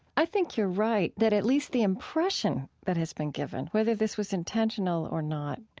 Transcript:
i think you're right, that at least the impression that has been given, whether this was intentional or not,